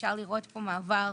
אפשר לראות כאן מעבר